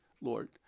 Lord